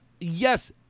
yes